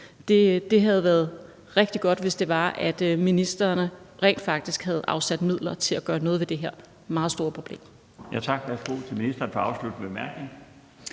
Det havde været rigtig godt, hvis det var, at ministrene rent faktisk havde afsat midler til at gøre noget ved det her meget store problem. Kl. 15:58 Den fg. formand (Bjarne